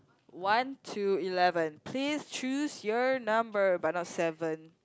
one to eleven please choose your number but not seven